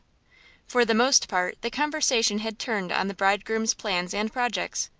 for the most part the conversation had turned on the bridegroom's plans and projects.